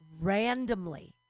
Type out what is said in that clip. randomly